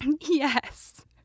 Yes